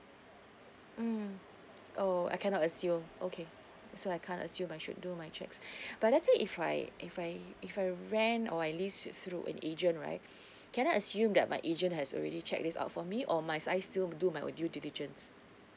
mm oh I cannot assume okay so I can't assume I should do my checks but let's say if I if I if I rent or I lease s~ through an agent right can I assume that my agent has already check this out for me or must I still do my own due diligence